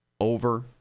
Over